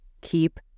keep